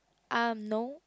um no